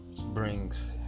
brings